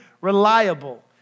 reliable